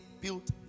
built